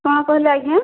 କ'ଣ କହିଲେ ଆଜ୍ଞା